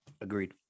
Agreed